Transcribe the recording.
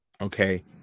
Okay